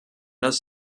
das